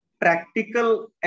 practical